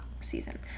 season